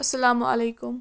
اَلسَلامُ علیکُم